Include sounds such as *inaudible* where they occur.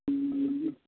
*unintelligible*